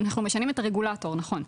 אנחנו משנים את הרגולטור, נכון.